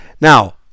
Now